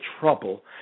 trouble